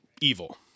evil